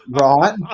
Right